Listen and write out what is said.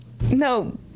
No